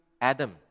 Adam